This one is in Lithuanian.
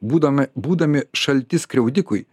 būdami būdami šalti skriaudikui